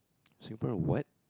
Singaporean what